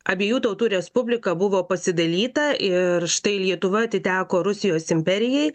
abiejų tautų respublika buvo pasidalyta ir štai lietuva atiteko rusijos imperijai